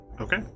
Okay